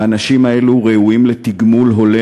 האנשים האלה ראויים לתגמול הולם.